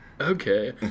Okay